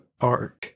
art